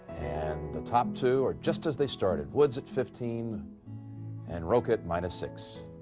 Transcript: and the top two are just as they started woods at fifteen and rocca minus six.